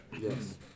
Yes